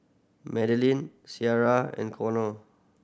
Madelynn Ciarra and Conner